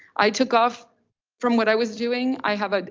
i took off from what i was doing. i have, ah